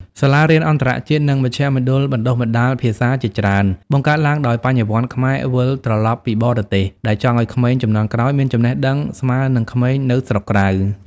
សាលារៀនអន្តរជាតិ និងមជ្ឈមណ្ឌលបណ្ដុះបណ្ដាលភាសាជាច្រើន បង្កើតឡើងដោយ "បញ្ញវន្តខ្មែរវិលត្រឡប់ពីបរទេស" ដែលចង់ឱ្យក្មេងជំនាន់ក្រោយមានចំណេះដឹងស្មើនឹងក្មេងនៅស្រុកក្រៅ។